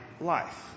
life